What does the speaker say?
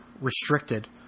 restricted